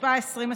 התשפ"א 2021,